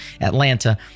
Atlanta